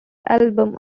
album